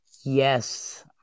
Yes